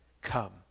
come